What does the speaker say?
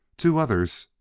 two others,